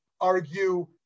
argue